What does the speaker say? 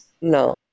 No